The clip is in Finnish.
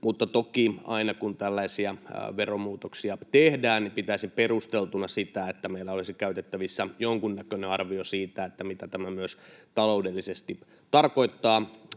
mutta toki aina, kun tällaisia veromuutoksia tehdään, pitäisin perusteltuna sitä, että meillä olisi käytettävissä jonkunnäköinen arvio siitä, mitä tämä myös taloudellisesti tarkoittaa.